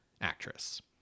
actress